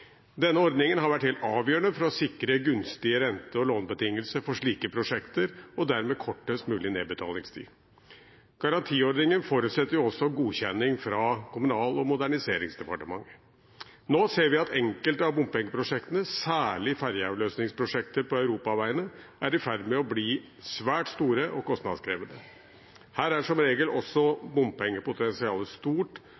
Denne ordningen har vært helt avgjørende for å sikre gunstige rente- og lånebetingelser for slike prosjekter, og dermed kortest mulig nedbetalingstid. Garantiordningen forutsetter også godkjenning fra Kommunal- og moderniseringsdepartementet. Nå ser vi at enkelte av bompengeprosjektene, særlig ferjeavløsningsprosjekter på europaveiene, er i ferd med å bli svært store og kostnadskrevende. Her er som regel